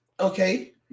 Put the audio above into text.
okay